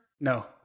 no